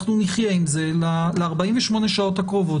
אנחנו נחיה עם זה ל-48 השעות הקרובות,